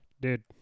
Dude